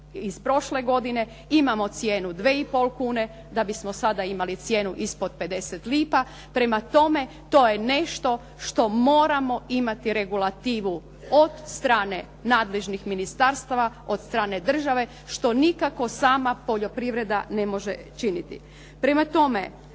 iz prošle godine. Imamo cijenu 2,5 kune da bismo imali cijenu sada ispod 50 lipa. Prema tome, to je nešto što moramo imati regulativu od strane nadležnih ministarstava, od strane države što nikako sama poljoprivreda ne može činiti. Prema tome